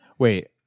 Wait